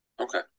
Okay